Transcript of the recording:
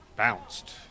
Bounced